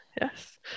Yes